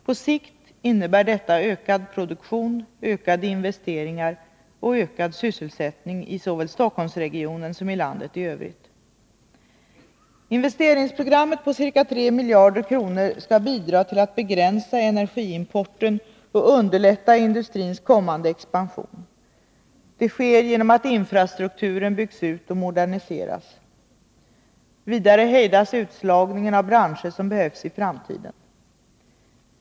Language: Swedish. På sikt innebär detta ökad produktion, ökade investeringar och ökad sysselsättning i såväl Stockholmsregionen som landet i övrigt. Investeringsprogrammet på ca 3 miljarder kronor skall bidra till att 23 begränsa energiimporten och underlätta industrins kommande expansion. Detta sker genom att infrastrukturen byggs ut och moderniseras. Vidare hejdas utslagningen av branscher som behövs i framtiden.